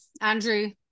Andrew